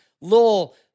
little –